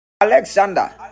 Alexander